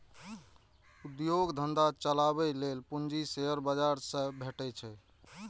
उद्योग धंधा चलाबै लेल पूंजी शेयर बाजार सं भेटै छै